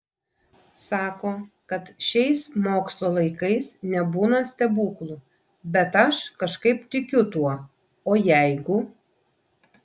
sako kad šiais mokslo laikais nebūna stebuklų bet aš kažkaip tikiu tuo o jeigu